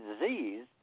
disease